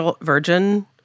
virgin